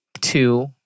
two